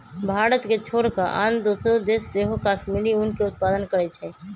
भारत के छोर कऽ आन दोसरो देश सेहो कश्मीरी ऊन के उत्पादन करइ छै